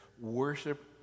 worship